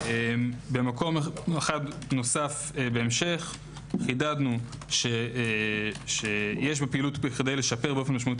במקום נוסף בהמשך חידדנו ש - יש בפעילות בכדי לשפר באופן משמעותי